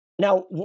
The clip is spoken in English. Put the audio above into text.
Now